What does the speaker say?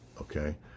Okay